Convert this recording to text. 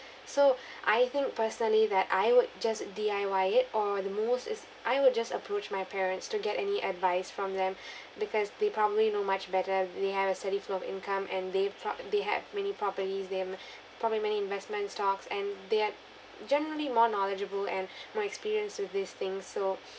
so I think personally that I would just D_I_Y it or the most is I would just approach my parents to get any advice from them because they probably know much better they have a steady flow of income and they thought they have many properties them probably many investment stocks and they are generally more knowledgeable and more experienced with these things so